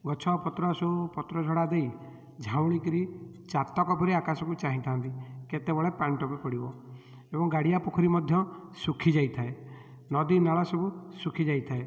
ଗଛ ପତ୍ର ସବୁ ପତ୍ର ଝଡ଼ା ଦେଇ ଝାଉଁଳିକି ଚାତକ ପରି ଆକାଶକୁ ଚାହିଁଥାନ୍ତି କେତେବେଳେ ପାଣି ଟୋପେ ପଡ଼ିବ ଏବଂ ଗାଡ଼ିଆ ପୋଖରୀ ମଧ୍ୟ ଶୁଖି ଯାଇଥାଏ ନଦୀ ନାଳ ସବୁ ଶୁଖି ଯାଇଥାଏ